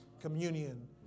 communion